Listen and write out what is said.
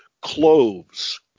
Cloves